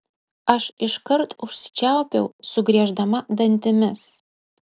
aš iškart užsičiaupiau sugrieždama dantimis